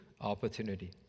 Opportunity